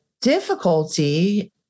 difficulty